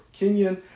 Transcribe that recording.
Kenyan